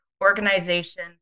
organization